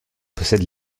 possède